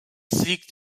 liegt